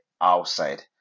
outside